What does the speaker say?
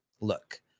Look